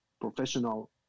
professional